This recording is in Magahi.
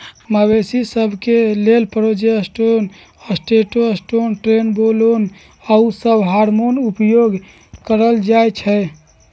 मवेशिय सभ के लेल प्रोजेस्टेरोन, टेस्टोस्टेरोन, ट्रेनबोलोन आउरो सभ हार्मोन उपयोग कयल जाइ छइ